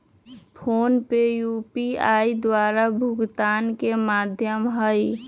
PhonePe UPI द्वारा भुगतान के माध्यम हइ